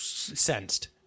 Sensed